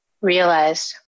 realized